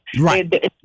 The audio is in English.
Right